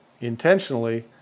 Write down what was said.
intentionally